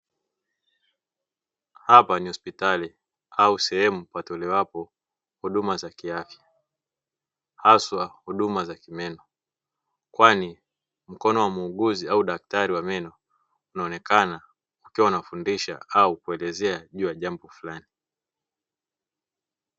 Hapa ni hospitali au sehemu patolewapo huduma za kiafya hasa huduma za kimeno, kwani mkono wa muuguzi au daktari wa meno unaonekana ukiwa unafundisha au kuelezea juu ya jambo fulani.